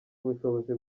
ubushobozi